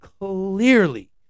clearly